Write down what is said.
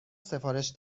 سفارش